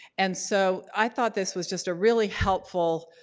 and so i thought this was just a really helpful